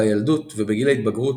בילדות ובגיל ההתבגרות,